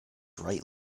right